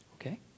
Okay